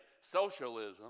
socialism